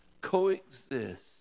coexist